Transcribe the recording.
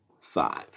five